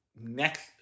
next